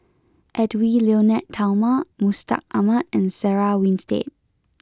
Edwy Lyonet Talma Mustaq Ahmad and Sarah Winstedt